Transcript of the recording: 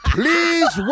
please